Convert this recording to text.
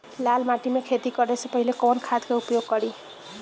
लाल माटी में खेती करे से पहिले कवन खाद के उपयोग करीं?